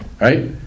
right